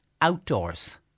outdoors